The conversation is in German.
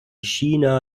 china